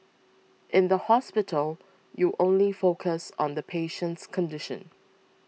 in the hospital you only focus on the patient's condition